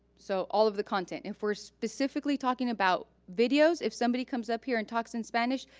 so all of the content. if we're specifically talking about videos, if somebody comes up here and talks in spanish,